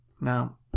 Now